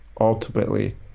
Ultimately